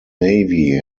navy